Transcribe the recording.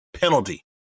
penalty